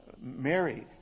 Mary